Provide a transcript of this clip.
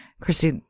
Christy